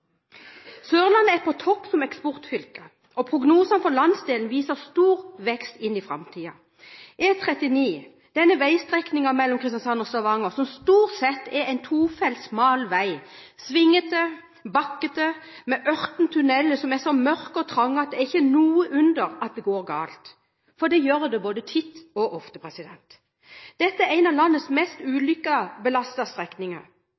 Stavanger. Sørlandet er på topp som eksportfylker. Prognosene for landsdelen viser stor vekst inn i framtiden. E39, denne veistrekningen mellom Kristiansand og Stavanger, er stort sett en tofelts smal vei – svingete, bakkete, med ørten tuneller som er så mørke og trange at det ikke er til å undres over at noe går galt. For det gjør det både titt og ofte. Dette er en av landets mest ulykkesbelastede strekninger.